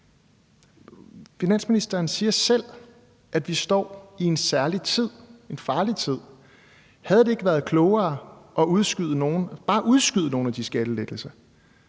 Finansministeren siger selv, at vi står i en særlig tid, en farlig tid. Havde det ikke været klogere at udskyde – bare udskyde – nogle af de skattelettelser